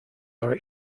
are